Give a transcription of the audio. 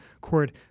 court